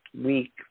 week